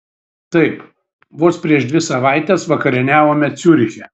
taip vos prieš dvi savaites vakarieniavome ciuriche